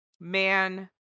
man